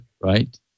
right